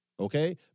Okay